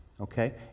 okay